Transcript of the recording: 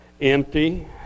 empty